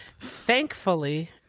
Thankfully